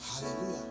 Hallelujah